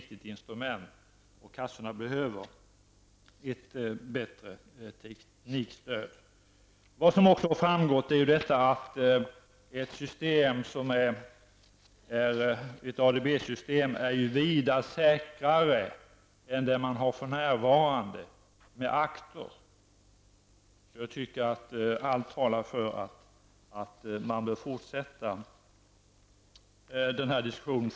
Kassorna behöver ett bättre teknikstöd än för närvarande. Det har också framgått att ADB-system är vidare säkrare än det man har för närvarande. Jag tycker att allt talar för att man bör fortsätta denna diskussion.